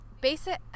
basic